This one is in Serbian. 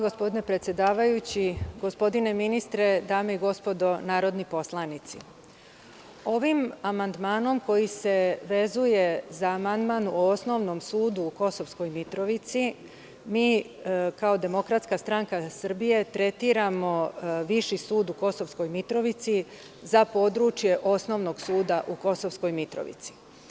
Gospodine ministre, dame i gospodo narodni poslanici, ovim amandmanom koji se vezuje za amandman o Osnovnom sudu u Kosovskoj Mitrovici, mi kao DSS tretiramo Viši sud u Kosovskoj Mitrovici za područje Osnovnog suda u Kosovskoj Mitrovici.